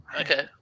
Okay